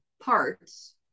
parts